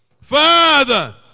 Father